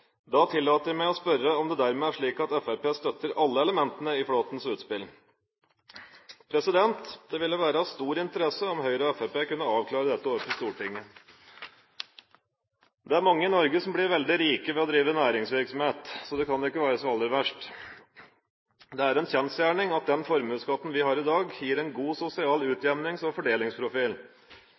Da tillater jeg meg å spørre om det dermed er slik at Fremskrittspartiet støtter alle elementene i Flåthens utspill. Det ville være av stor interesse om Høyre og Fremskrittspartiet kunne avklare dette overfor Stortinget. Det er mange i Norge som blir veldig rike ved å drive næringsvirksomhet, så det kan ikke være så aller verst. Det er en kjensgjerning at den formuesskatten vi har i dag, gir en god sosial utjevnings- og fordelingsprofil.